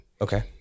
Okay